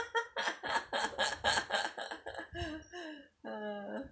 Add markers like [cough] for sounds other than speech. [laughs]